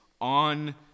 on